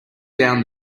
down